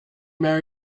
marry